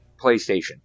PlayStation